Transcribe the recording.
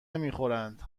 نمیخورند